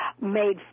made